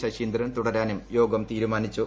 ശശീന്ദ്രൻ തുടരാനും ിയോഗം തീരുമാനിച്ചു